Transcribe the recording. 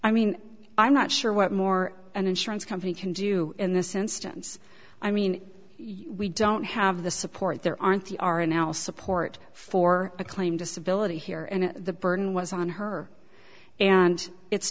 i mean i'm not sure what more an insurance company can do in this instance i mean we don't have the support there aren't the are a now support for a claim disability here and the burden was on her and it's